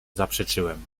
zaprzeczyłem